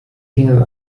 ginge